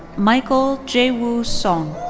michael jaewoo son.